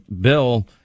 bill